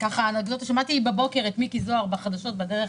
שמעתי בבוקר את מיקי זוהר בחדשות בדרך